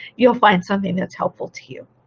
you'll find something that's helpful to you.